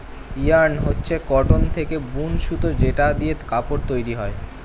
yarn হচ্ছে cotton থেকে বুন সুতো যেটা দিয়ে কাপড় তৈরী হয়